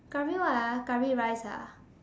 Curry what ah Curry rice ah